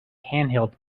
handheld